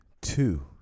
two